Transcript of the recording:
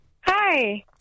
Hi